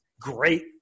great